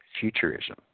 futurism